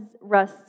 Russ